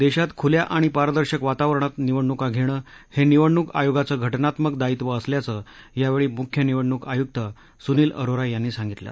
देशात खुल्या आणि पारदर्शक वातावरणात निवडणूका घेणं हे निवडणूक आयोगाचं घटनात्मक दायित्व असल्याचं यावेळी मुख्य निवडणूक आयुक्त सुनील अरोरा यांनी सांगितलं